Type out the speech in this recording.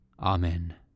Amen